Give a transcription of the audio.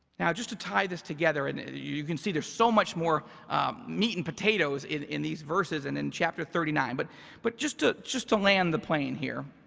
now just to tie this together, and you can see there's so much more meat and potatoes in in these verses and in chapter thirty nine. but but just to just to land the plane here,